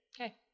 Okay